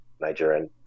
Nigerian